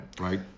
right